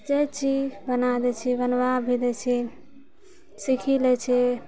जे छी बना दै छी बनबा भी दै छी सीख लै छै